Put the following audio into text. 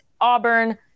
Auburn